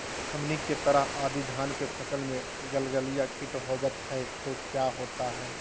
हमनी के तरह यदि धान के फसल में गलगलिया किट होबत है तो क्या होता ह?